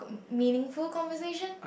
meaningful conversation